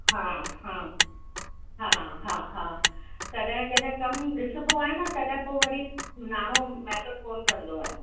हा हा हा हा हा तॾहिं जॾहिं कमु ॾिसिबो आहे न तॾहिं पोइ वरी नाणो मैटर कोन कंदो आहे